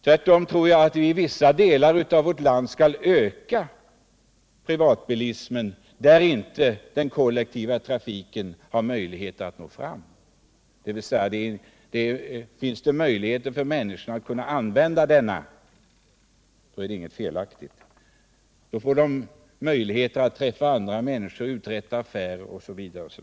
Tvärtom tror jag att vi skall öka privatbilismen i vissa delar av vårt land, där den kollektiva trafiken inte kan nå fram. Man har med bilen möjligheter att träffa andra människor, uträtta affärer osv.